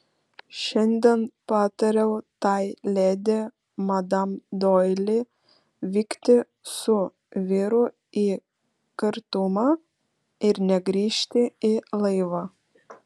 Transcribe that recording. šiandien patariau tai ledi madam doili vykti su vyru į kartumą ir negrįžti į laivą